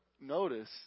notice